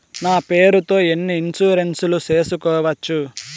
నా పేరుతో ఎన్ని ఇన్సూరెన్సులు సేసుకోవచ్చు?